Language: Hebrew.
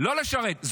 לא לשרת.